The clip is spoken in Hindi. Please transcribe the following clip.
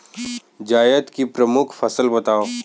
जायद की प्रमुख फसल बताओ